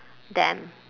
them